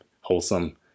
wholesome